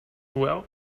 well